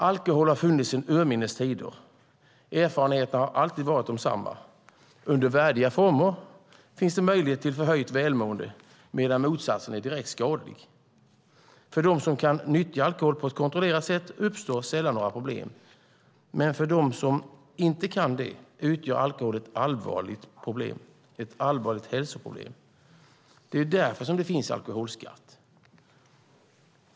Alkohol har funnits sedan urminnes tider. Erfarenheterna har alltid varit desamma. Under värdiga former finns det möjlighet till förhöjt välmående medan motsatsen är direkt skadlig. För dem som kan nyttja alkohol på ett kontrollerat sätt uppstår sällan några problem. Men för dem som inte kan det utgör alkohol ett allvarligt hälsoproblem. Det är därför som det finns alkoholskatt.